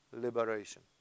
liberation